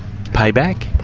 payback?